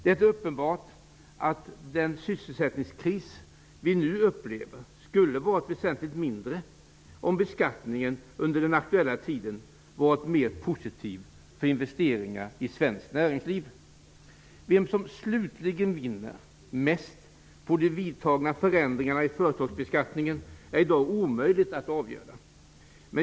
Det är uppenbart att den sysselsättningskris vi nu upplever skulle varit väsentligt mindre om bekattningen under den aktuella tiden varit mer positiv för investeringar i svenskt näringsliv. Vem som slutligen vinner mest på vidtagna förändringar i företagsbeskattningen är i dag omöjligt att avgöra.